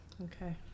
okay